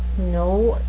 no,